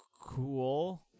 Cool